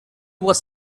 was